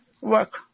work